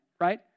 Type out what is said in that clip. right